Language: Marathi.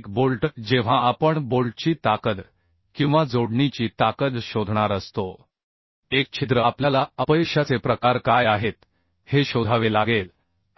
एक बोल्ट जेव्हा आपण बोल्टची ताकद किंवा जोडणीची ताकद शोधणार असतो एक छिद्र आपल्याला अपयशाचे प्रकार काय आहेत हे शोधावे लागेल